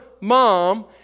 mom